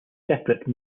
separate